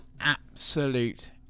absolute